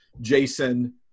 jason